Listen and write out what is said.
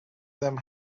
them